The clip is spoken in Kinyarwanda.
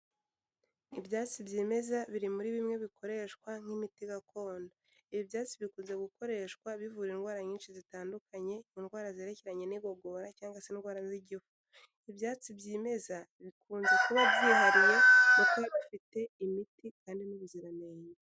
Ibyatsi byimeza biri muri bimwe bikoreshwa nk'imiti gakondo, ibi byatsi bikunze gukoreshwa bivura indwara nyinshi zitandukanye, indwara zerekeranye n'igogora cyangwa se indwara z'igihu, ibyatsi byimeza bikunze kuba byihariye kuko bifite imiti kandi n'ubuziranenge.